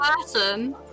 person